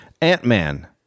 ant-man